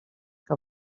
que